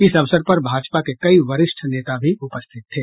इस अवसर पर भाजपा के कई वरिष्ठ नेता भी उपस्थित थे